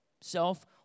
self